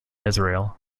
israel